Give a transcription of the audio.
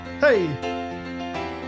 Hey